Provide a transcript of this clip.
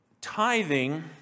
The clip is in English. Tithing